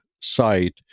site